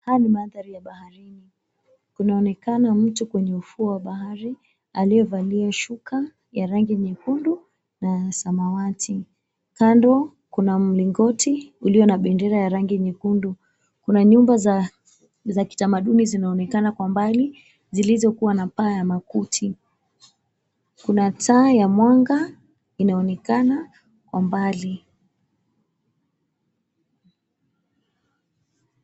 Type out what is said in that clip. Haya ni mandhari ya baharini, kunaonekana mtu kwenye ufuo wa bahari aliyevalia shuka ya rangi nyekundu na ya samawati. Kando kuna mlingoti ulio na bendera ya rangi nyekundu, kuna nyumba za kitamaduni zinaonekana kwa mbali zilizokuwa na paa ya makuti. Kuna taa ya mwanga kwa mbali.